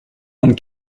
one